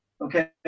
okay